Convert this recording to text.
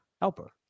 helper